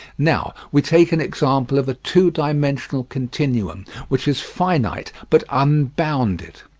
now we take an example of a two-dimensional continuum which is finite, but unbounded.